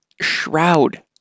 Shroud